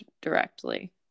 directly